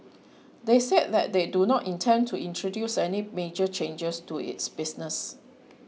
they said that they do not intend to introduce any major changes to its business